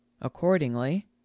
accordingly